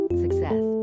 Success